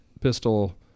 pistol